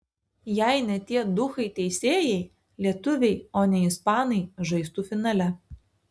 jei ne tie duchai teisėjai lietuviai o ne ispanai žaistų finale